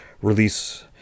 release